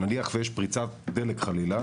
נניח ויש פריצת דלת חלילה,